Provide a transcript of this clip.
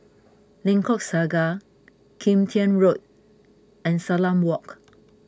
Lengkok Saga Kim Tian Road and Salam Walk